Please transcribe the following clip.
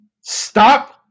stop